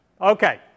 Okay